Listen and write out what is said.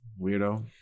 weirdo